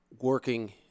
working